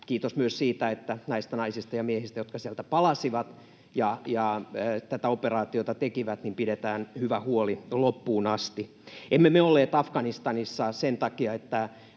Kiitos myös siitä, että näistä naisista ja miehistä, jotka sieltä palasivat ja tätä operaatiota tekivät, pidetään hyvä huoli loppuun asti. Emme me olleet Afganistanissa sen takia, että